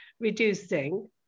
reducing